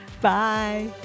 Bye